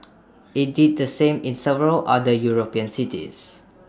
IT did the same in several other european cities